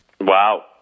Wow